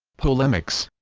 polemics